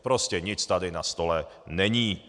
Prostě nic tady na stole není!